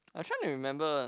I trying to remember ah